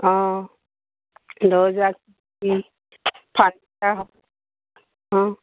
অঁ দৰ্জা অঁ